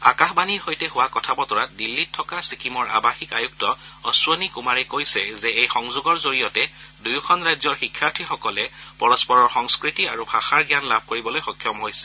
আকাশবাণীৰ সৈতে হোৱা কথা বতৰাত দিল্লীত থকা ছিক্কিমৰ আৱাসিক আয়ুক্ত অশ্বনী কুমাৰে কৈছে যে এই সংযোগৰ জৰিয়তে দুয়োখন ৰাজ্যৰ শিক্ষাৰ্থীসকলে পৰস্পৰৰ সংস্কৃতি আৰু ভাষাৰ জ্ঞান লাভ কৰিবলৈ সক্ষম হৈছে